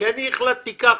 "אני החלטתי ככה".